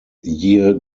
year